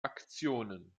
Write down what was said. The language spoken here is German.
aktionen